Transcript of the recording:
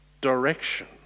direction